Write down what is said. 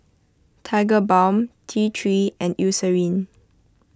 Tigerbalm T three and Eucerin